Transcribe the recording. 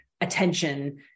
attention